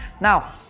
Now